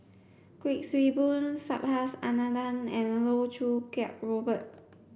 Kuik Swee Boon Subhas Anandan and Loh Choo Kiat Robert